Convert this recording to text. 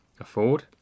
afford